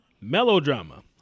Melodrama